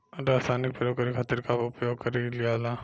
रसायनिक प्रयोग करे खातिर का उपयोग कईल जाइ?